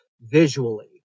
visually